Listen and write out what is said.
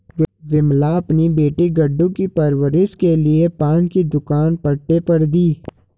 विमला अपनी बेटी गुड्डू की परवरिश के लिए पान की दुकान पट्टे पर दी